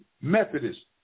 Methodist